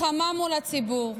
הציבור,